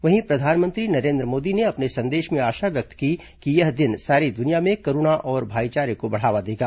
वहीं प्रधानमंत्री नरेन्द्र मोदी ने अपने संदेश में आशा व्यक्त की कि यह दिन सारी दुनिया में करुणा और भाइचारे को बढावा देगा